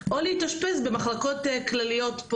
או להתאשפז במחלקות כלליות,